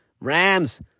rams